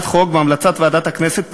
בהמלצת ועדת הכנסת,